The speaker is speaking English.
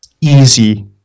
Easy